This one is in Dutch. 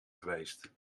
geweest